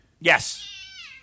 yes